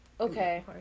Okay